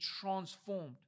transformed